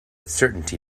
certainty